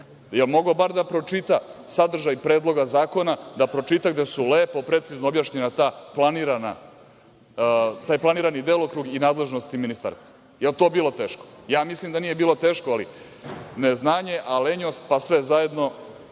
je mogao da pročita sadržaj predloga zakona, da pročita gde su lepo, precizno objašnjen taj planirani delokrug i nadležnosti ministarstva? Da li je to bilo teško? Mislim da to nije bilo teško, neznanje, lenjost, pa sve zajedno